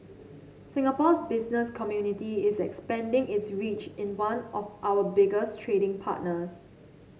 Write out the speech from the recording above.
Singapore's business community is expanding its reach in one of our biggest trading partners